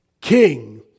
King